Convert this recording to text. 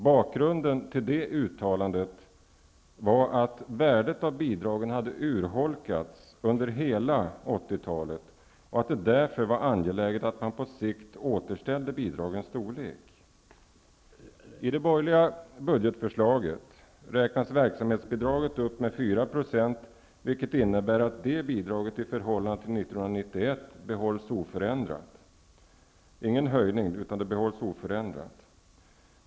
Bakgrunden till det uttalandet var att värdet av bidragen hade urholkats under hela 80-talet och att det därför var angeläget att man på sikt återställde bidragens storlek. I det borgerliga budgetförslaget räknas verksamhetsbidraget upp med 4 %, vilket innebär att det bidraget inte höjs utan behålls oförändrat i förhållande till bidraget 1991.